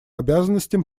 обязанностям